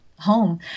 Home